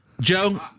Joe